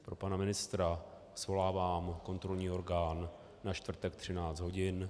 Pro pana ministra: Svolávám kontrolní orgán na čtvrtek 13 hodin.